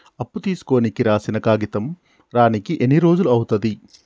అప్పు తీసుకోనికి రాసిన కాగితం రానీకి ఎన్ని రోజులు అవుతది?